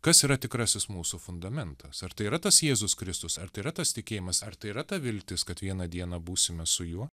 kas yra tikrasis mūsų fundamentas ar tai yra tas jėzus kristus ar tai yra tas tikėjimas ar tai yra ta viltis kad vieną dieną būsime su juo